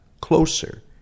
closer